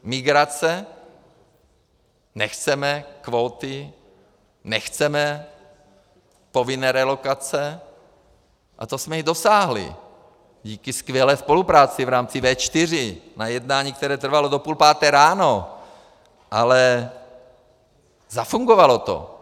Migrace nechceme kvóty, nechceme povinné relokace, a to jsme i dosáhli díky skvělé spolupráci v rámci V4 na jednání, které trvalo do půl páté ráno, ale zafungovalo to.